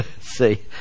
see